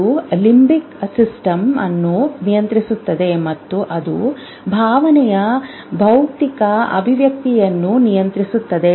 ಅದು limbic system ಅನ್ನು ನಿಯಂತ್ರಿಸುತ್ತಾರೆ ಮತ್ತು ಅದು ಭಾವನೆಯ ಭೌತಿಕ ಅಭಿವ್ಯಕ್ತಿಯನ್ನು ನಿಯಂತ್ರಿಸುತ್ತದೆ